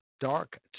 Dark